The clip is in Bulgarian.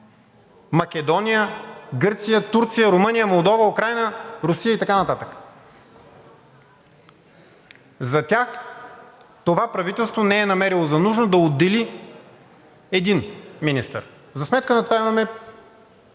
Македония, Гърция, Турция, Румъния, Молдова, Украйна, Русия и така нататък. За тях това правителство не е намерило за нужно да отдели един министър. За сметка на това имаме